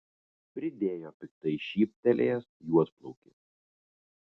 pridėjo piktai šyptelėjęs juodplaukis